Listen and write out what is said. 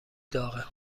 داغه